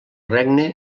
regne